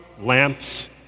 lamps